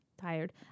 Tired